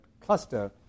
cluster